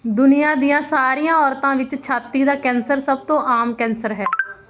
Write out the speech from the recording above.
ਦੁਨੀਆਂ ਦੀਆਂ ਸਾਰੀਆਂ ਔਰਤਾਂ ਵਿੱਚ ਛਾਤੀ ਦਾ ਕੈਂਸਰ ਸਭ ਤੋਂ ਆਮ ਕੈਂਸਰ ਹੈ